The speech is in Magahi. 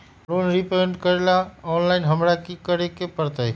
लोन रिपेमेंट करेला ऑनलाइन हमरा की करे के परतई?